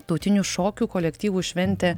tautinių šokių kolektyvų šventė